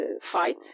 fight